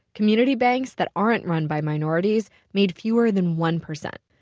community banks that aren't run by minorities made fewer than one percent